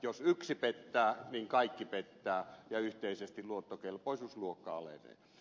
jos yksi pettää niin kaikki pettää ja yhteisesti luottokelpoisuusluokka alenee